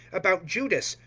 about judas,